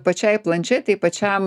pačiai planšetei pačiam